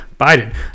Biden